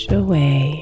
away